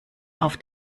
auf